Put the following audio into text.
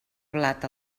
blat